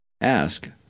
Ask